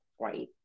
right